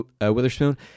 Witherspoon